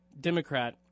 Democrat